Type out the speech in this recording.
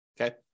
Okay